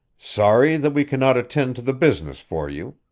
sorry that we cannot attend to the business for you.